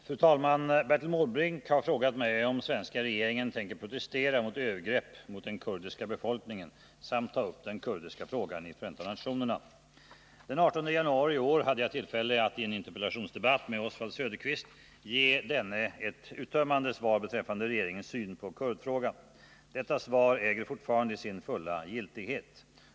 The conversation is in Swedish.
Fru talman! Bertil Måbrink har frågat mig om svenska regeringen tänker protestera mot övergrepp mot den kurdiska befolkningen samt ta upp den kurdiska frågan i FN. Den 18 januari i år hade jag tillfälle att i en interpellationsdebatt med Oswald Söderqvist ge denne ett uttömmande svar beträffande regeringens syn på kurdfrågan. Detta svar äger fortfarande sin fulla giltighet.